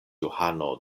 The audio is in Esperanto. johano